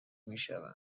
میشوم